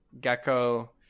gecko